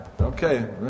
Okay